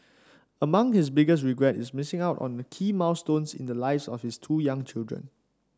among his biggest regrets is missing out on key milestones in the lives of his two young children